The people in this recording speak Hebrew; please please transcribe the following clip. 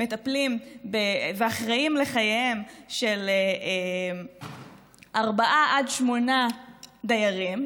מטפלים ואחראים לחייהם של ארבעה עד שמונה דיירים,